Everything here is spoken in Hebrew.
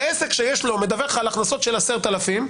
עסק שמדווח על הכנסות של 10,000 שקל,